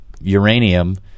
uranium